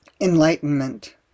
enlightenment